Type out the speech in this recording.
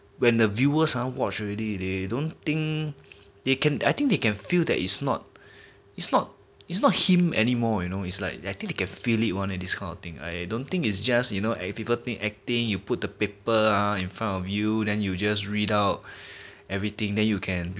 when the viewers ah watch already they don't think they can I think they can feel that it's not it's not it's not him anymore you know is like I think they can feel it one leh this kind of thing I don't think is just you know eh people think acting you put the paper ah in front of you then you just read out everything then you can